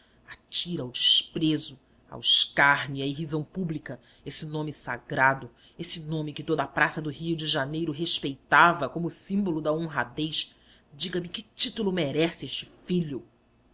atira ao desprezo ao escárnio e à irrisão pública esse nome sagrado esse nome que toda a praça do rio de janeiro respeitava como o símbolo da honradez diga-me que título merece este filho